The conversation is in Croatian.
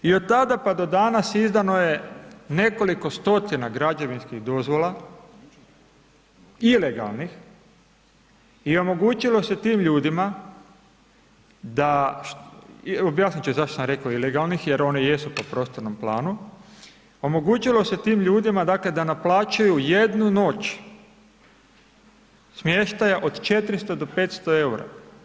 I od tada pa do danas izdano je nekoliko stotina građevinskih dovoza ilegalnih i omogućilo se tim ljudima da, objasnit ću zašto sam rekao ilegalnih jer one jesu po prostornom planu, omogućilo se tim ljudima dakle da naplaćuju jednu noć smještaja od 400 do 500 EUR-a.